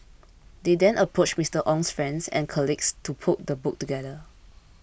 they then approached Mister Ong's friends and colleagues to put the book together